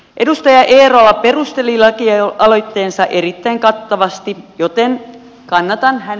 edustaja eerola perusteli lakialoitteensa erittäin kattavasti joten kannatan hän